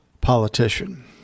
politician